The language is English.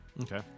Okay